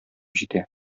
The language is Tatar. җитә